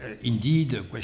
indeed